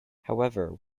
however